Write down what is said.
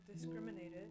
discriminated